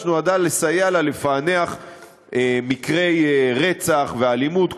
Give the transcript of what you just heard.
שנועדה לסייע לה לפענח מקרי רצח ואלימות,